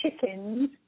chickens